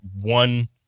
one